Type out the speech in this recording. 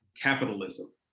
capitalism